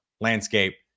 landscape